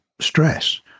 stress